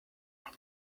will